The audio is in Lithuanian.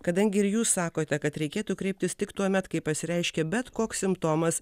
kadangi ir jūs sakote kad reikėtų kreiptis tik tuomet kai pasireiškė bet koks simptomas